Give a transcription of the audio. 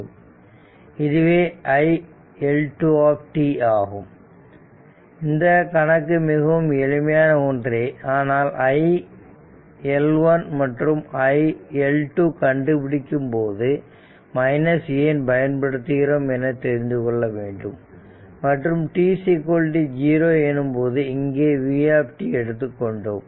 இதுவே iL2 t ஆகும் இந்த கணக்கு மிகவும் எளிமையான ஒன்றே ஆனால் iL1 மற்றும் iL2 கண்டுபிடிக்கும் போது மைனஸ் ஏன் பயன்படுத்துகிறோம் என தெரிந்து கொள்ள வேண்டும் மற்றும் t0 எனும்போது இங்கே vt எடுத்துக்கொண்டோம்